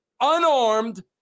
unarmed